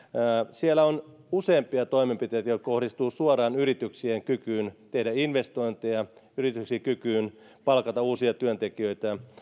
siellä on useampia toimenpiteitä jotka kohdistuvat suoraan yrityksien kykyyn tehdä investointeja yrityksien kykyyn palkata uusia työntekijöitä